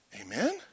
Amen